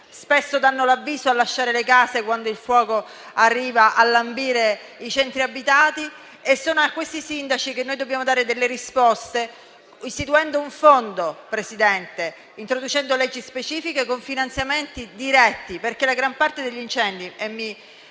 spesso danno l'avviso di lasciare le case quando il fuoco arriva a lambire i centri abitati. Anche a loro dobbiamo dare delle risposte, istituendo un fondo, signor Presidente, e introducendo leggi specifiche con finanziamenti diretti, perché la gran parte degli incendi